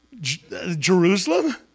Jerusalem